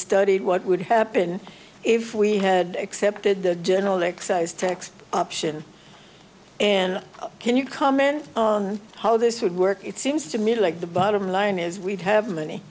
studied what would happen if we had accepted the general excise tax option and can you comment on how this would work it seems to me like the bottom line is we have money